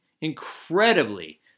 incredibly